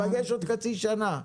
ניפגש עוד חצי שנה.